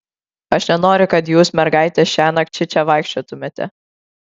aš nenoriu kad jūs mergaitės šiąnakt šičia vaikščiotumėte